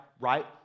Right